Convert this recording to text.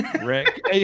Rick